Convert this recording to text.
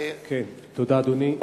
תודה, אדוני.